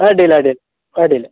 ಅಡ್ಡಿಲ್ಲ ಅಡ್ಡಿಲ್ಲ ಅಡ್ಡಿಲ್ಲ